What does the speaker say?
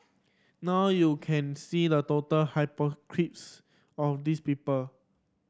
now you can see the total of these people